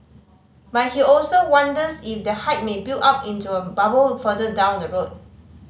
but he also wonders if the hype may build up into a bubble further down the road